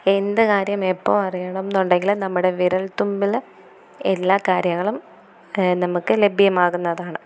എന്ത് കാര്യം എപ്പോൾ അറിയണമെന്നുണ്ടെങ്കിലും നമ്മുടെ വിരൽത്തുമ്പിൽ എല്ലാ കാര്യങ്ങളും നമുക്ക് ലഭ്യമാകുന്നതാണ്